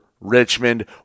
Richmond